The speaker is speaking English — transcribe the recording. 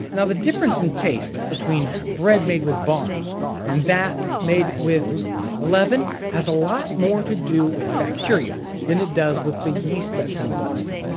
now the difference in taste between bread made with barm and that made with leaven has a lot more to do with bacteria than it does with the yeast that's involved.